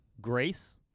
grace